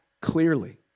clearly